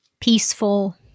peaceful